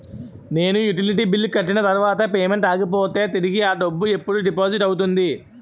నేను utility bill కట్టిన తర్వాత పేమెంట్ ఆగిపోతే తిరిగి అ డబ్బు ఎప్పుడు డిపాజిట్ అవుతుంది?